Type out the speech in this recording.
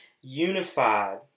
unified